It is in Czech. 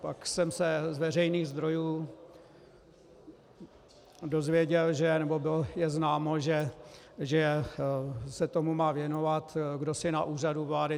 Pak jsem se z veřejných zdrojů dozvěděl, nebo je známo, že se tomu má věnovat kdosi na Úřadu vlády.